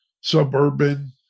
suburban